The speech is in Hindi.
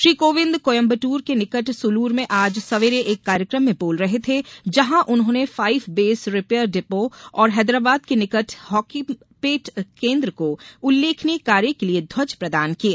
श्री कोविंद कोयम्बटूर के निकट सुलूर में आज सवेरे एक कार्यक्रम में बोल रहे थे जहां उन्होंने फाइव बेस रिपेयर डिपो और हैदराबाद के निकट हाकिमपेट केन्द्र को उल्लेखनीय कार्य के लिए ध्वज प्रदान किए